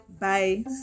Bye